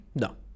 No